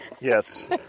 Yes